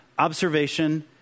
observation